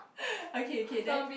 okay okay then